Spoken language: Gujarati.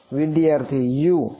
વિદ્યાર્થી U